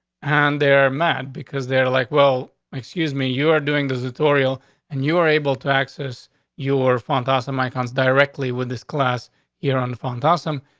and they're mad because they're like, well, excuse me, you are doing the editorial and you are able to access your funds awesome icons directly with this class here on phone tossem.